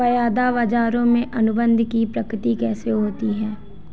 वायदा बाजारों में अनुबंध की प्रकृति कैसी होती है?